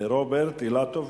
רוברט אילטוב.